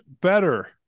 better